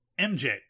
MJ